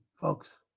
folks